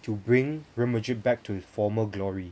to bring Real Madrid back to its former glory